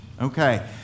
Okay